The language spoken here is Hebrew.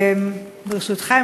ברשותך,